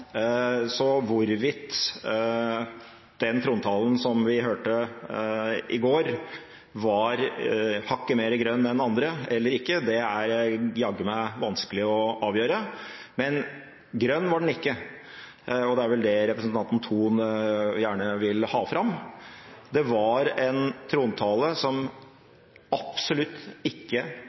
Så hvorvidt den trontalen som vi hørte i går, var hakket mer grønn enn andre eller ikke, er jaggu meg vanskelig å avgjøre. Grønn var den ikke. Det er vel det representanten Tung gjerne vil ha fram. Det var en trontale som absolutt ikke